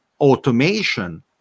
automation